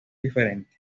diferentes